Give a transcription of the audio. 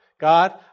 God